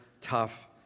tough